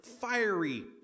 fiery